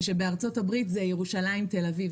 ושבארצות-הברית זה ירושלים-תל-אביב.